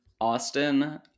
Austin